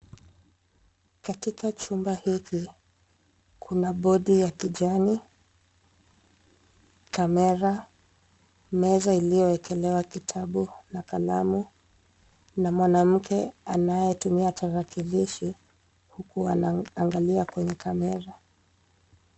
Katika chumba hiki, kuna bodi ya kijani, kamera, meza iliyowekelewa kitabu na kalamu na mwanamke anayetumia tarakilishi huku anaangalia kwenye kamera.